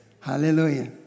Hallelujah